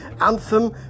Anthem